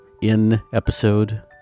in-episode